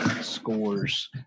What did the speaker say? scores